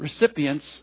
recipients